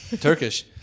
Turkish